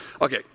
Okay